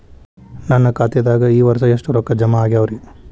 ನನ್ನ ಖಾತೆದಾಗ ಈ ವರ್ಷ ಎಷ್ಟು ರೊಕ್ಕ ಜಮಾ ಆಗ್ಯಾವರಿ?